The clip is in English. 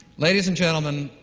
ladies and gentlemen,